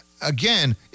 Again